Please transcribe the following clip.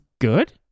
good